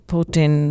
Putin